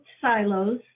silos